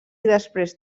després